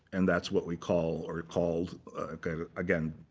and that's what we call or called kind of again,